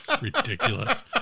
Ridiculous